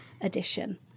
edition